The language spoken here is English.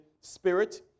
Spirit